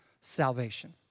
salvation